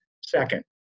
second